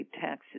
taxes